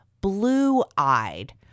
blue-eyed